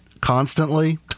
constantly